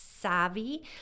savvy